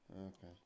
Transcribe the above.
Okay